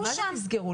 אנחנו לא רוצים לסגור.